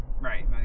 Right